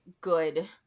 good